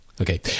Okay